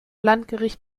landgericht